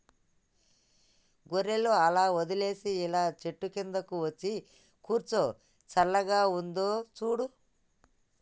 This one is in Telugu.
గొర్రెలు అలా వదిలేసి ఇలా చెట్టు కిందకు వచ్చి కూర్చో చల్లగా ఉందో చూడు